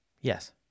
Yes